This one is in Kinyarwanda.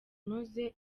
unoze